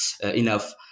enough